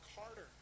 harder